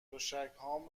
تشکهام